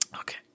Okay